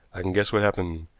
i can guess what happened.